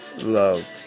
love